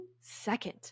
second